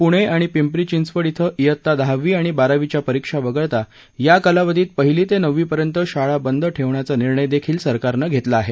पुणे आणि पिंपरी चिंचवड शिं शिंता दहावी आणि बारावीच्या परीक्षा वगळता या कालावधीत पहिली ते नववीपर्यंत शाळा बंद ठेवण्याचा निर्णय देखील सरकारनं घेतला आहे